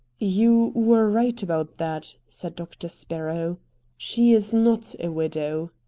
you were right about that, said doctor sparrow she is not a widow.